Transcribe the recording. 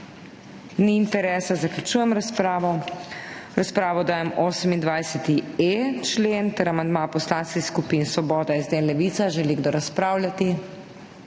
Ni interesa. Zaključujem razpravo. V razpravo dajem 28.e člen ter amandma poslanskih skupin Svoboda, SD, Levica. Želi kdo razpravljati?